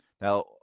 Now